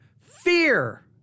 fear